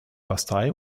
bastei